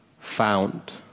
found